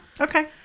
Okay